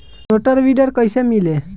Rotor weeder कईसे मिले?